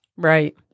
Right